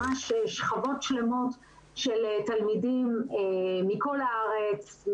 ממש שכבות שלמות של תלמידים מכל הארץ,